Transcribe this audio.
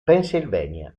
pennsylvania